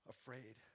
afraid